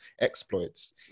exploits